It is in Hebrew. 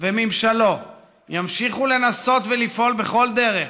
וממשלו ימשיכו לנסות ולפעול בכל דרך